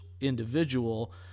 individual